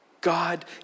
God